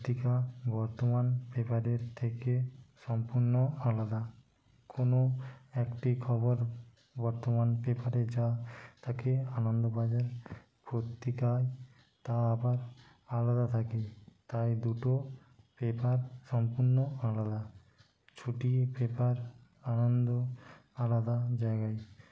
পত্তিকা বর্তমান পেপারের থেকে সম্পূর্ণ আলাদা কোনো একটি খবর বর্তমান পেপারে যা থাকে আনন্দবাজার পত্রিকায় তা আবার আলাদা থাকে তাই দুটো পেপার সম্পূর্ণ আলাদা ছুটি পেপার আনন্দ আলাদা জায়গায়